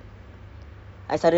your prime age